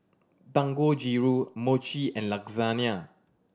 Dangojiru Mochi and Lasagna